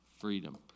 freedom